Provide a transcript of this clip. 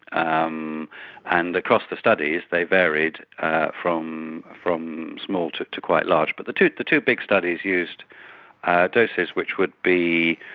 um and across the studies they varied from from small to to quite large. but the two the two big studies used doses which would be